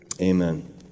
Amen